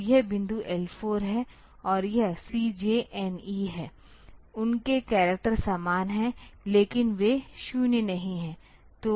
तो यह बिंदु L4 है और यह CJNE है उनके करैक्टर समान हैं लेकिन वे 0 नहीं हैं